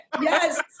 Yes